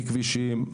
מכבישים,